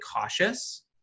cautious